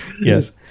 Yes